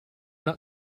not